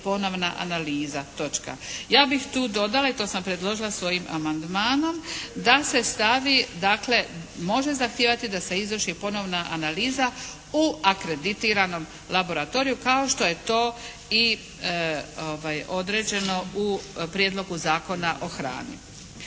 ponovna analiza. Ja bih tu dodala i to sam predložila svojim amandmanom da se stavi dakle, može zahtijevati da se izvrši ponovna analiza u akreditiranom laboratoriju kao što je to i određeno u Prijedlogu zakona o hrani.